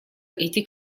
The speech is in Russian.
эти